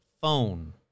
phone